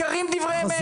ניכרים דברי אמת.